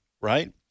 right